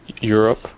Europe